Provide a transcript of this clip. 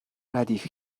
ردیف